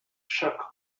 však